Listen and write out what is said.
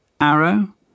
Arrow